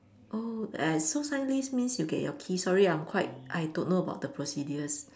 oh err so sign lease means you get your key sorry I'm quite I don't know about the procedures